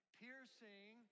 piercing